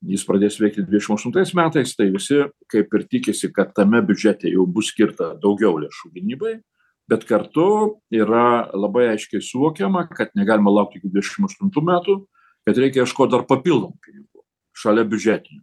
jis pradės veikti dvidešim aštuntais metais tai visi kaip ir tikisi kad tame biudžete jau bus skirta daugiau lėšų gynybai bet kartu yra labai aiškiai suvokiama kad negalima laukt iki dvidešim aštuntų metų kad reikia ieškot dar papildomų pinigų šalia biudžetinių